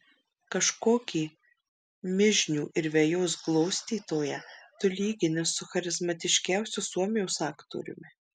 kažkokį mižnių ir vejos glostytoją tu lygini su charizmatiškiausiu suomijos aktoriumi